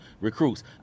recruits